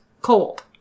cold